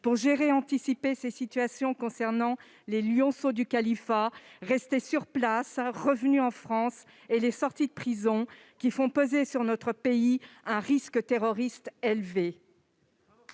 pour gérer et anticiper tant ces situations concernant les « lionceaux du califat », restés sur place ou revenus en France, que les sorties de prison, qui font peser sur notre pays un risque terroriste élevé